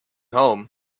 home